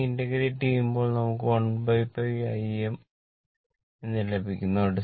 ഇതിനെ ഇന്റഗ്രേറ്റ് ചെയ്യുമ്പോൾ നമുക്ക് 1π Im എന്ന് ലഭിക്കുന്നു